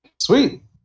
Sweet